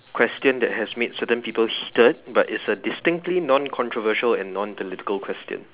question that has made certain people stunned but it's a distinctly noncontroversial and non dialectical question